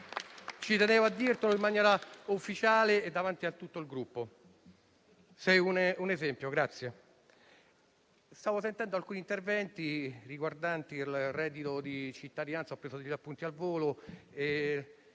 Ci tenevo a dirlo in maniera ufficiale e davanti a tutto il Gruppo, perché sei un esempio. Stavo ascoltando alcuni interventi riguardanti il reddito di cittadinanza (ho preso degli appunti al volo)